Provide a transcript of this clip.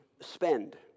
spend